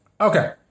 Okay